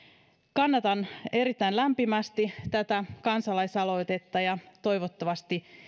kannatan erittäin lämpimästi tätä kansalaisaloitetta ja toivottavasti